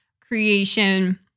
creation